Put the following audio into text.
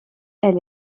elle